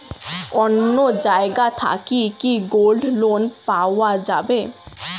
অন্য জায়গা থাকি কি গোল্ড লোন পাওয়া যাবে?